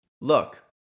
look